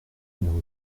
numéro